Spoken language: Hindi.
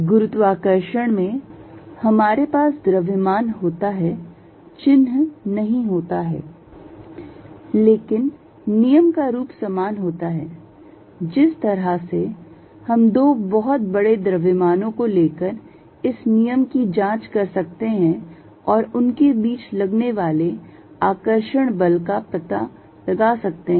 गुरुत्वाकर्षण में हमारे पास द्रव्यमान होता है चिह्न नहीं होता है लेकिन नियम का रूप समान होता है जिस तरह से हम दो बहुत बड़े द्रव्यमानों को लेकर इस नियम की जांच कर सकते हैं और उनके बीच लगने वाले आकर्षण बल का पता लगा सकते हैं